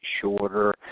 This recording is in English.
shorter